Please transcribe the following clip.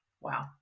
wow